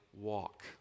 Walk